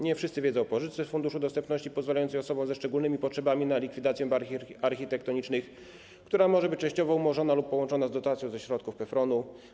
Nie wszyscy wiedzą o pożyczce z Funduszu Dostępności pozwalającej osobom ze szczególnymi potrzebami na likwidację barier architektonicznych, która może być częściowo umorzona lub połączona z dotacją ze środków PFRON-u.